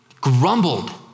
grumbled